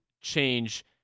change